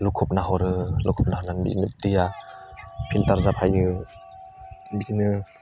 लखबना हरो लखबना हरनानै बिदिनो दैया फिलथार जाफायो बिदिनो